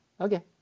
Okay